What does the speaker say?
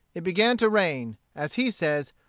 it began to rain, as he says,